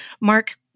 Mark